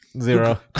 zero